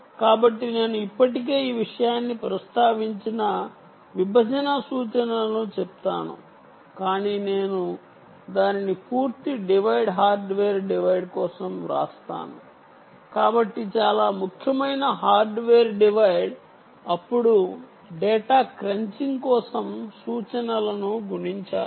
కాబట్టి నేను ఇప్పటికే ఈ విషయాన్ని ప్రస్తావించిన విభజన సూచనలను చెప్తాను కాని నేను దానిని పూర్తి డివైడ్ హార్డ్వేర్ డివైడ్ కోసం వ్రాస్తాను కాబట్టి చాలా ముఖ్యమైన హార్డ్వేర్ డివైడ్ అప్పుడు డేటా క్రంచింగ్ కోసం సూచనలను గుణించాలి